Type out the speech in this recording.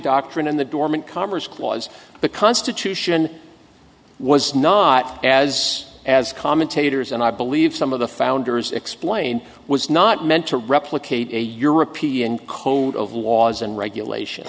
doctrine in the dormant commerce clause the constitution was not as as commentators and i believe some of the founders explained was not meant to replicate a european code of laws and regulations